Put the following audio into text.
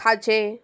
खाजें